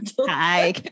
hi